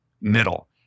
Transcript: middle